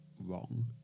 wrong